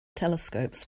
telescopes